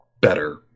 better